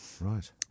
right